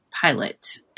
pilot